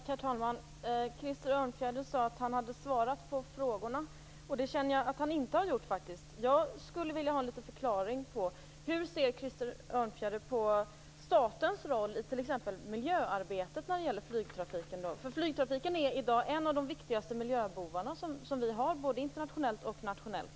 Herr talman! Krister Örnfjäder sade att han hade svarat på frågorna, men det tycker jag faktiskt inte att han har gjort. Jag skulle vilja ha ett svar på hur Krister Örnfjäder ser på statens roll i t.ex. miljöarbetet när det gäller flygtrafiken. Flygtrafiken är i dag en av de viktigaste miljöbovar vi har, både internationellt och nationellt.